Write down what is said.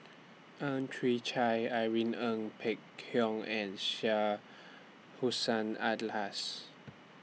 Ang Chwee Chai Irene Ng Phek Hoong and Syed Hussein Alatas